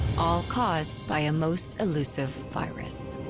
all caused by a most elusive virus.